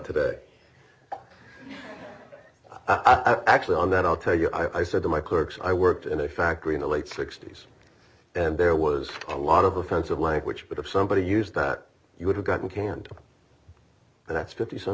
today i'm actually on that i'll tell you i said to my clerks i worked in a factory in the late sixty's and there was a lot of offensive language but if somebody used that you would have gotten canned and that's fifty some